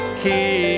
keep